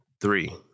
Three